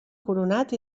coronat